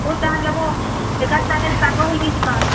ହଉ ତାହେଲେ ବୋ ଏକା ସଙ୍ଗେ ସାଙ୍ଗ ହେଇକି ଯିମା